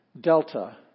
Delta